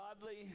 godly